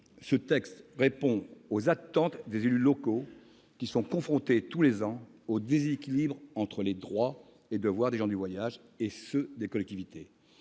ce texte répond aux attentes des élus locaux, qui sont confrontés tous les ans au déséquilibre entre les droits et les devoirs des gens du voyage et ceux des collectivités.